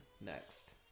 next